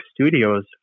Studios